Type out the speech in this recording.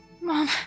Mom